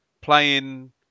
playing